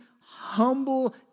humble